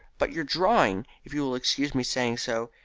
but your drawing, if you will excuse my saying so,